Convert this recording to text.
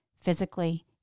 physically